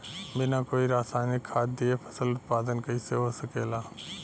बिना कोई रसायनिक खाद दिए फसल उत्पादन कइसे हो सकेला?